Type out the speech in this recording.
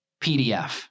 PDF